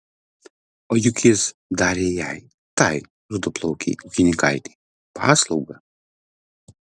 o juk jis darė jai tai rudaplaukei ūkininkaitei paslaugą